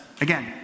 Again